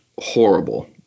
horrible